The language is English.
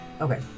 Okay